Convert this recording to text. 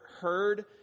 heard